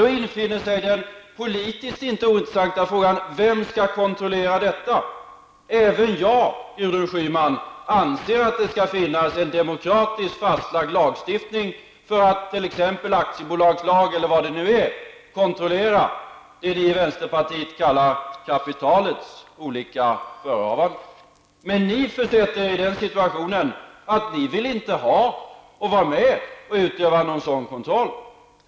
Då infinner sig den politiskt inte ointressanta frågan: Vem skall kontrollera detta? Även jag, Gudrun Schyman, anser att det skall finnas en demokratiskt fastlagd lagstiftning, t.ex. aktiebolagslagen, för att kontrollera det ni i vänsterpartiet kallar kapitalets olika förehavanden. Ni försätter er i den situationen att ni inte vill vara med och utöva någon sådan kontroll.